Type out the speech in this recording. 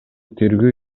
тергөө